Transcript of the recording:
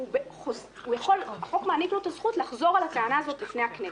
והחוק מעניק לו את הזכות לחזור על הטענה הזאת בפני הכנסת.